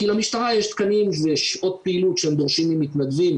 כי למשטרה יש תקנים ושעות פעילות שהם דורשים ממתנדבים.